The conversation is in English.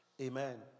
Amen